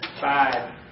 five